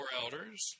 elders